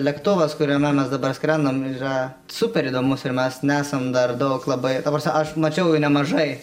lėktuvas kuriame mes dabar skrendam yra super įdomus ir mes neesam dar daug labai ta prasme aš mačiau nemažai